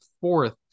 fourth